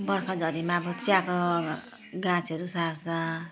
बर्खा झरीमा अब चियाको गाजहरू सार्छ